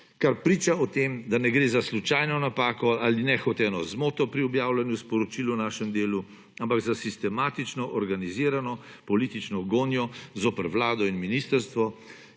kar priča o tem, da ne gre za slučajno napako ali nehoteno zmoto pri objavljanju sporočil o našem delu, ampak za sistematično organizirano politično gonjo zoper vlado in ministrstvo